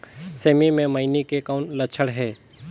सेमी मे मईनी के कौन लक्षण हे?